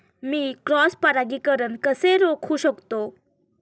मी cross परागीकरण कसे रोखू शकतो?